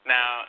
Now